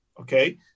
Okay